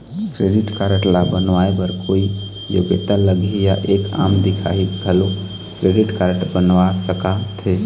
Credit card ला बनवाए बर कोई योग्यता लगही या एक आम दिखाही घलो क्रेडिट कारड बनवा सका थे?